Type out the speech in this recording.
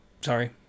sorry